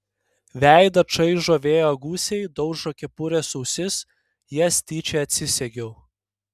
veidą čaižo vėjo gūsiai daužo kepurės ausis jas tyčia atsisegiau